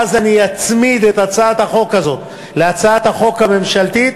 ואז אני אצמיד את הצעת החוק הזאת להצעת החוק הממשלתית,